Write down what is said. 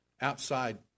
outside